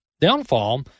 downfall